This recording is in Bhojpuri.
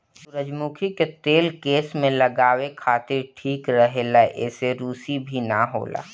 सुजरमुखी के तेल केस में लगावे खातिर ठीक रहेला एसे रुसी भी ना होला